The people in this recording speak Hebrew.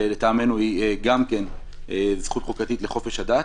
שלטעמנו היא גם כן זכות חוקתית לחופש הדת.